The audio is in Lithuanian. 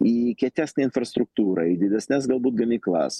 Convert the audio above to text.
į kietesnę infrastruktūrą į didesnes galbūt gamyklas